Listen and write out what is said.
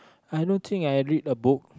I don't think I read a book